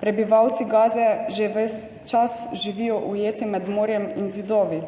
Prebivalci Gaze že ves čas živijo ujeti med morjem in zidovi